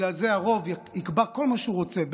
ובגלל זה הרוב יקבע כל מה שהוא רוצה,